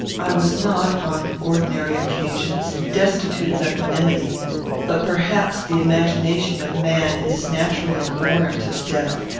i was not, on ordinary occasions, destitute of equanimity but perhaps the imagination of man is naturally abhorrent of death,